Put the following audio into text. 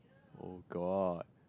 oh-god